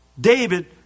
David